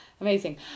amazing